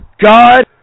God